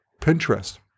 Pinterest